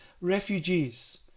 refugees